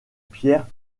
pierre